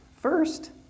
First